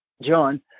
John